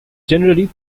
generally